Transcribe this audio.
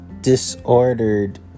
disordered